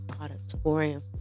auditorium